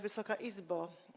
Wysoka Izbo!